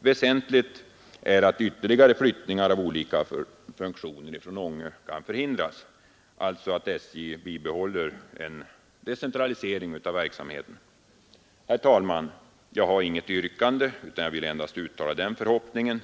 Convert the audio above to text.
Väsentligt är att ytterligare flyttningar av olika funktioner från Ånge kan förhindras och att SJ alltså bibehåller en decentralisering av verksamheten. Herr talman! Jag har inget yrkande, utan jag vill endast uttala den förhoppningen